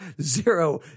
zero